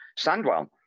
Sandwell